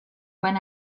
when